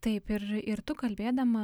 taip ir ir tu kalbėdama